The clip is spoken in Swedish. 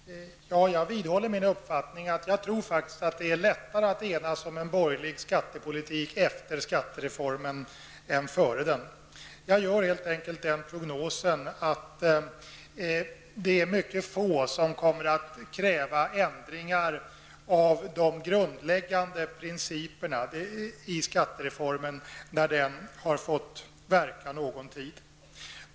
Herr talman! Jag vidhåller min uppfattning att det är lättare att enas om en borgerlig skattepolitik efter skattereformen än före. Jag gör helt enkelt den prognosen att det är mycket få som kommer att kräva ändringar i de grundläggande principerna i skattereformen när den har fått verka någon tid.